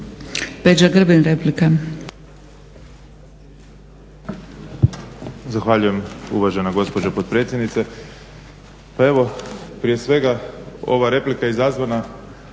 Peđa Grbin, replika.